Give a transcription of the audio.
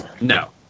No